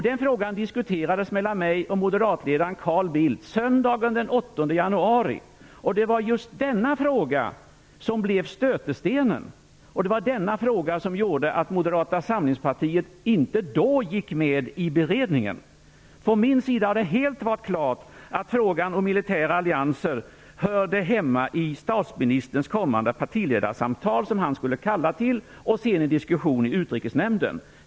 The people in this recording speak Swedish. Den frågan diskuterades mellan mig och Moderatledaren Carl Bildt söndagen den 8 januari. Det var just denna fråga som blev stötestenen. Det var denna fråga som gjorde att Moderata samlingspartiet inte då gick med i beredningen. Från min sida har det varit helt klart att frågan om militära allianser hörde hemma i de partiledarsamtal som statsministern skulle kalla till, och sedan i diskussion i Utrikesnämnden.